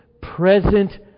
present